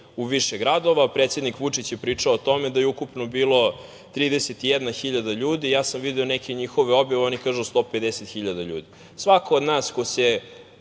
u više gradova. Predsednik Vučić je pričao o tome da je ukupno bilo 31.000 ljudi, ja sam video neke njihove objave, oni kažu 150.000 ljudi. Svako od nas ko se